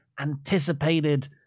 anticipated